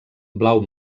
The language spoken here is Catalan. blau